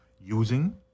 Using